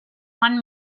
one